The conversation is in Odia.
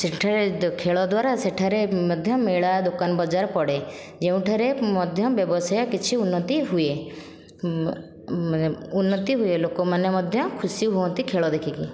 ସେଠାରେ ଖେଳ ଦ୍ଵାରା ସେଠାରେ ମଧ୍ୟ ମେଳା ଦୋକାନ ବଜାର ପଡ଼େ ଯେଉଁଠାରେ ମଧ୍ୟ ବ୍ୟବସାୟ କିଛି ଉନ୍ନତି ହୁଏ ଉନ୍ନତି ହୁଏ ଲୋକମାନେ ମଧ୍ୟ ଖୁସି ହୁଅନ୍ତି ଖେଳ ଦେଖିକି